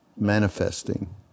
manifesting